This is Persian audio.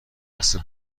واسه